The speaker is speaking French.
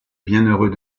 bienheureux